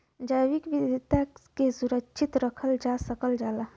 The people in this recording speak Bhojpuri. जैविक विविधता के सुरक्षित रखल जा सकल जाला